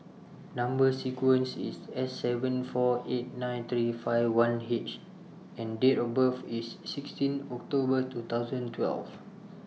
Number sequence IS S seven four eight nine three five one H and Date of birth IS sixteen October two thousand twelve